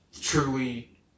truly